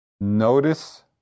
Notice